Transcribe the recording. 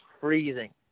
freezing